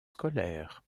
scolaire